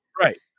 Right